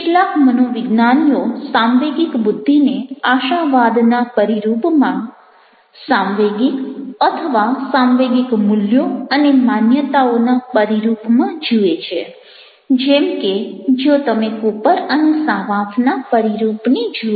કેટલાક મનોવિજ્ઞાનીઓ સાંવેગિક બુદ્ધિને આશાવાદના પરિરૂપમાં સાંવેગિક અથવા સાંવેગિક મૂલ્યો અને માન્યતાઓનાં પરિરૂપમાં જુએ છે જેમ કે જો તમે કૂપર અને સાવાફના પરિરૂપને જુઓ તો